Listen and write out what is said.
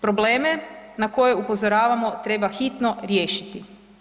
Probleme na koje upozoravamo treba hitno riješiti.